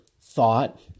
thought